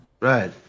Right